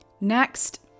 Next